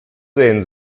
sehen